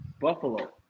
Buffalo